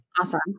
awesome